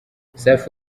safi